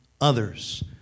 others